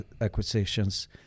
acquisitions